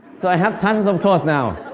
so, i have tons of clothes now.